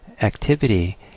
activity